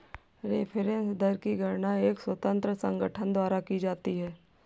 reference दर की गणना एक स्वतंत्र संगठन द्वारा की जाती है